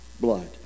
blood